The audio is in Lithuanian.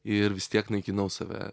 ir vis tiek naikinau save